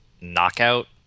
knockout